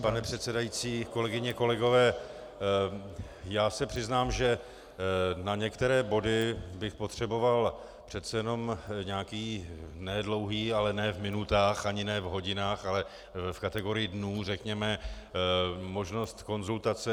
Pane předsedající, kolegyně a kolegové, já se přiznám, že na některé body bych potřeboval přece jenom nějaký ne dlouhý, ale ne v minutách ani ne v hodinách, ale v kategorii dnů řekněme možnost konzultace.